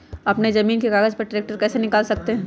अपने जमीन के कागज पर ट्रैक्टर कैसे निकाल सकते है?